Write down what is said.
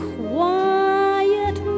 quiet